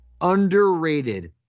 underrated